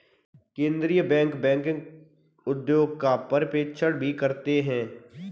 केन्द्रीय bank banking उद्योग का पर्यवेक्षण भी करते हैं